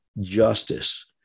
justice